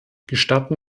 gestatten